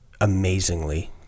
amazingly